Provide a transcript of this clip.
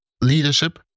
leadership